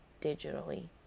digitally